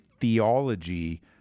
theology